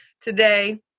today